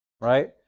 right